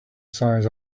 size